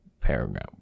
paragraph